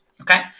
Okay